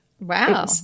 Wow